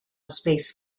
space